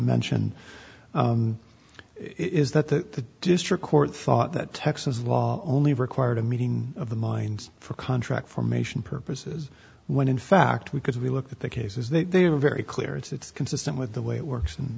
mentioned is that the district court thought that texas law only required a meeting of the minds for contract formation purposes when in fact we could have a look at the cases that they have a very clear it's consistent with the way it works in